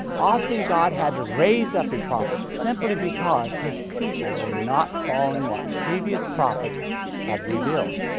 often god had to raise up a prophet simply because his people were not following what previous prophets had revealed.